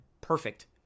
perfect